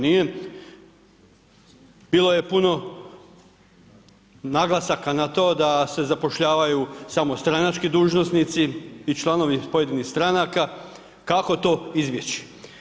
Bilo je puno naglasaka na to da se zapošljavaju samo stranački dužnosnici i članovi pojedinih stranaka, kako to izbjeći?